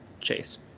Chase